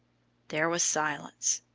there was silence.